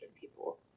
people